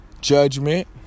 Judgment